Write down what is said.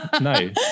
no